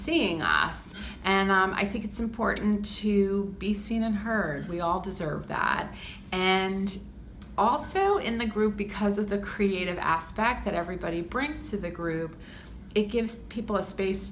seeing os and i think it's important to be seen and heard we all deserve that and also in the group because of the creative aspect that everybody brings to the group it gives people a space